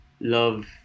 love